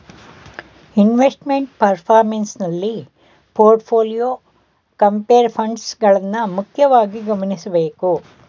investment performance ನಲ್ಲಿ portfolio, compare funds ಗಳನ್ನ ಮುಖ್ಯವಾಗಿ ಗಮನಿಸಬೇಕು